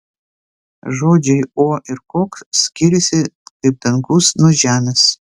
žodžiai o ir koks skiriasi kaip dangus nuo žemės